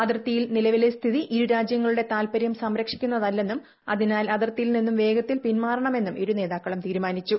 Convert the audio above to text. അതിർത്തിയിൽ നിലവിലെ സ്ഥിതി ഇരുരാജ്യങ്ങളുടെ താൽപര്യം സംരക്ഷിക്കുന്നതല്ലെന്നും അതിനാൽ അതിർത്തിയിൽ നിന്നും വേഗത്തിൽ പിന്മാറണമെന്നും ഇരുനേതാക്കളും തീരുമാനിച്ചു